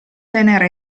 tenera